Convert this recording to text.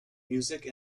music